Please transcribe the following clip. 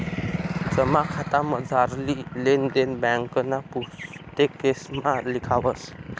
जमा खातामझारली लेन देन ब्यांकना पुस्तकेसमा लिखावस